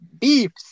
beeps